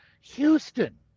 houston